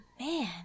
man